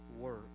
work